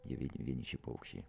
jie vien vieniši paukščiai